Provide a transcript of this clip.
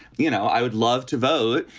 you know, i would love to vote.